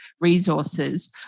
resources